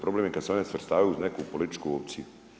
Problem je kad se one svrstavaju uz neku političku opciju.